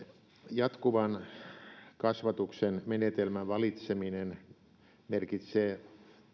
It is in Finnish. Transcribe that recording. jatkuvan kasvatuksen menetelmän valitseminen merkitsee